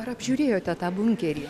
ar apžiūrėjote tą bunkerį